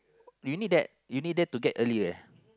you need that you need that to get earlier